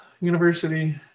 University